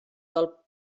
del